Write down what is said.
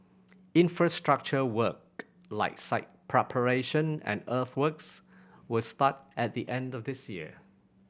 infrastructure work like site preparation and earthworks will start at the end of this year